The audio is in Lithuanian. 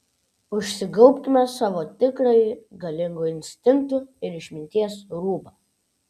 užsigaubkime savo tikrąjį galingų instinktų ir išminties rūbą